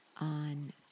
on